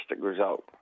result